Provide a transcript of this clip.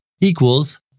Equals